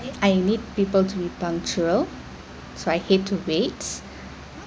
I need people to be punctual so I hate to wait